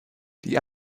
die